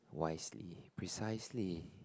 wisely precisely